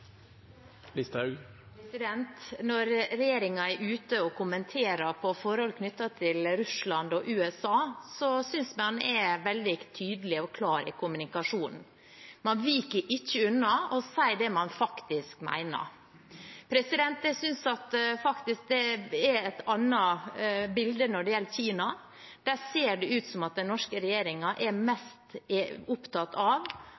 ute og kommenterer på forhold knyttet til Russland og USA, synes jeg den er veldig tydelig og klar i kommunikasjonen. Man viker ikke unna og sier det man faktisk mener. Jeg synes faktisk at det er et annet bilde når det gjelder Kina. Det ser ut som om den norske regjeringen er mest opptatt av